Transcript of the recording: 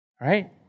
right